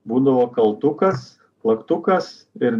būdavo kaltukas plaktukas ir